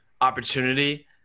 opportunity